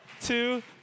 two